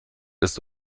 ist